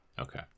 Okay